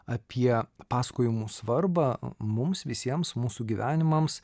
apie pasakojimų svarbą mums visiems mūsų gyvenimams